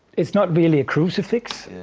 it's not really a crucifix.